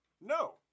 No